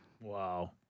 Wow